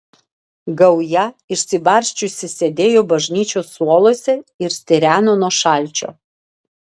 gauja išsibarsčiusi sėdėjo bažnyčios suoluose ir stireno nuo šalčio